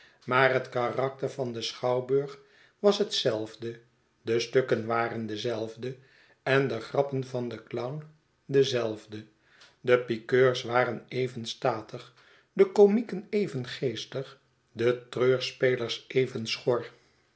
maar het karakter van den schouwburg was hetzelfde de stukken waren dezelfde en de grappen van den clown dezelfde de pikeurs waren even statig de komieken even geestig de treurspelers even schor